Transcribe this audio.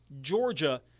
Georgia